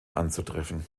anzutreffen